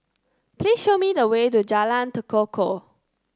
please show me the way to Jalan Tekukor